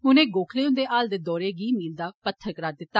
उनें गोखले हुन्दे हाल दे दौरे गी मील दा पत्थर करार दिता